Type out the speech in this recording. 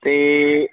ਅਤੇ